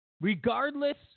regardless